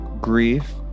grief